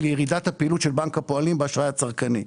ירידת הפעילות של בנק הפועלים באשראי הצרכני.